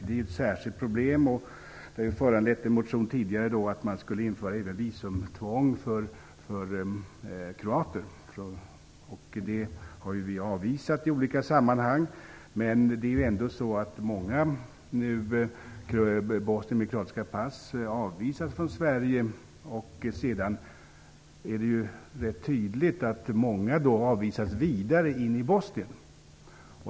Detta har föranlett en motion där man föreslår att visumtvång för kroater skall införas. Vi har avvisat det förslaget i olika sammanhang. Men många bosnier med kroatiska pass avvisas från Sverige. Det är tydligt att många avvisas sedan vidare in i Bosnien.